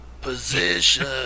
position